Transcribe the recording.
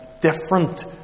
different